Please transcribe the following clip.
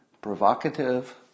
Provocative